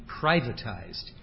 privatized